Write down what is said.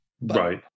Right